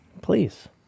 Please